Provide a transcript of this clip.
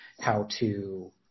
how-to